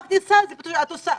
זה כמו להכניס ראש לפה של הטיגריס.